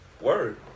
word